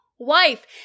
wife